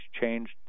changed